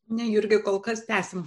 ne jurgi kol kas tęsiam